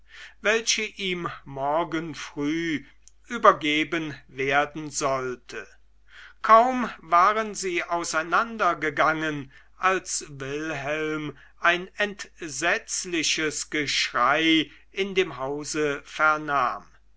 welche ihm morgen früh übergeben werden sollte kaum waren sie auseinander gegangen als wilhelm ein entsetzliches geschrei in dem hause vernahm